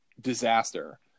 disaster